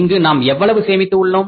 இங்கு நாம் எவ்வளவு சேமித்து உள்ளோம்